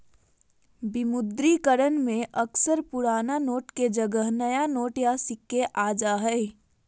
विमुद्रीकरण में अक्सर पुराना नोट के जगह नया नोट या सिक्के आ जा हइ